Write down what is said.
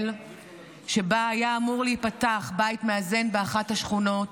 שבה היה אמור להיפתח בית מאזן באחת השכונות,